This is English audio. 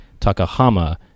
Takahama